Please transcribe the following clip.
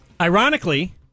Ironically